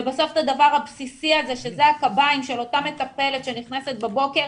ובסוף הדבר הבסיסי הזה שזה הקביים של אותה מטפלת שנכנסת בבוקר,